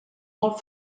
molt